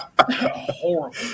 Horrible